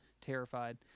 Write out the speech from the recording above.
terrified